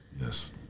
Yes